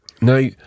Now